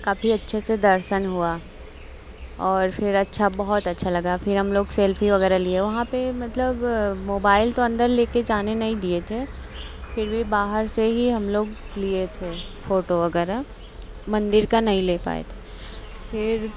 काफी अच्छे से दर्शन हुआ और फिर अच्छा बहुत अच्छा लगा फिर हम लोग सेल्फी वग़ैरह लिए वहाँ पर मतलब मोबाइल तो अंदर लेकर जाने नहीं दिए थे फिर भी बाहर से ही हम लोग लिए थे फोटो वग़ैरह मंदिर का नहीं ले पाए थे फिर